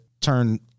turn